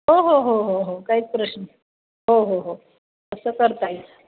हो हो हो हो हो काहीच प्रश्न नाही हो हो हो असं करता येईल